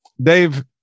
Dave